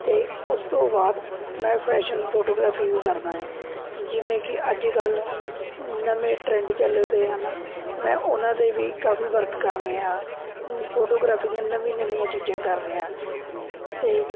ਅਤੇ ਉਸ ਤੋਂ ਬਾਅਦ ਮੈਂ ਫੈਸ਼ਨ ਫੋਟੋਗ੍ਰਾਫ਼ੀ ਵੀ ਕਰਦਾ ਏ ਜਿਵੇਂ ਕਿ ਅੱਜ ਕੱਲ੍ਹ ਨਵੇਂ ਟ੍ਰੈਨਡ ਚੱਲ ਪਏ ਹਨ ਮੈਂ ਉਹਨਾਂ 'ਤੇ ਵੀ ਕਾਫ਼ੀ ਵਰਕ ਕਰ ਰਿਹਾ ਫੋਟੋਗ੍ਰਾਫ਼ੀ ਦੀਆਂ ਨਵੀਂ ਨਵੀਆਂ ਚੀਜ਼ਾਂ ਕਰ ਰਿਹਾਂ ਅਤੇ